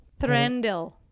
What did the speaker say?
Thrandil